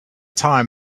time